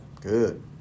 Good